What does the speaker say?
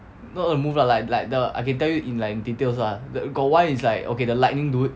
not a move lah like like the I can tell you in like details lah the got one is like okay the lightning dude